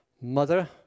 Mother